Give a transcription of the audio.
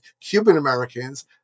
Cuban-Americans